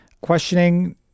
questioning